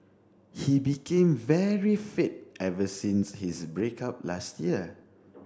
he became very fit ever since his break up last year